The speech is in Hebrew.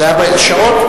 שעות.